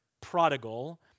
prodigal